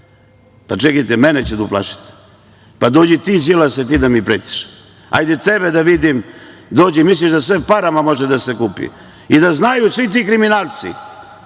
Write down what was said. Čekajte, mene će da uplašite? Dođi ti Đilase da mi pretiš. Hajde tebe da vidim, dođi, misliš da sve parama može da se kupi?I da znaju svi ti kriminalci